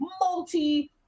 multi